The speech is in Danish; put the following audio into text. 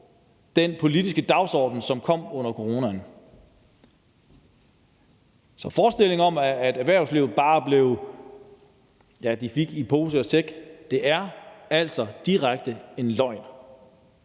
den politiske dagsorden, som kom under coronaen. Så forestillingen om, at erhvervslivet bare fik i pose og sæk, er altså direkte en løgn.